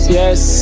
yes